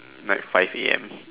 like five A_M